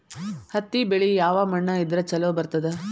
ಹತ್ತಿ ಬೆಳಿ ಯಾವ ಮಣ್ಣ ಇದ್ರ ಛಲೋ ಬರ್ತದ?